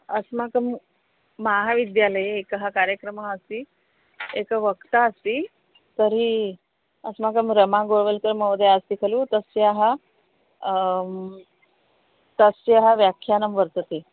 अस्माकं महाविद्यालये एकः कार्यक्रमः अस्ति एकवक्ता अस्ति तर्हि अस्माकं रमागोवल्कर् महोदया अस्ति खलु तस्याः तस्याः व्याख्यानं वर्तते